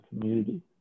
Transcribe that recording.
community